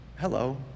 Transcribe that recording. hello